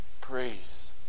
praise